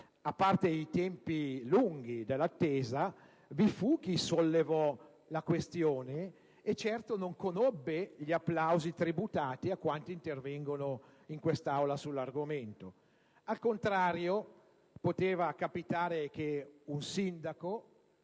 a parte i tempi lunghi dell'attesa, vi fu chi sollevò la questione e certo non conobbe gli applausi tributati a quanti intervengono in quest'Aula sull'argomento. Al contrario, poteva capitare che un sindaco